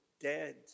dead